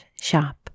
shop